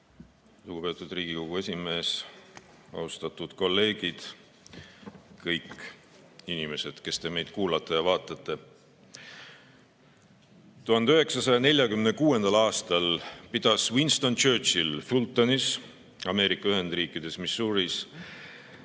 Lugupeetud Riigikogu esimees! Austatud kolleegid! Kõik inimesed, kes te meid kuulate ja vaatate! 1946. aastal pidas Winston Churchill Fultonis, Ameerika Ühendriikides Missouris